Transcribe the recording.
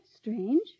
strange